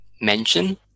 mention